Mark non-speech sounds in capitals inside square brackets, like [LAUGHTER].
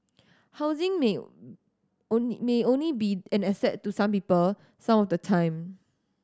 housing may [UNINTELLIGIBLE] only only be an asset to some people some of the time